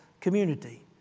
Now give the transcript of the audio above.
community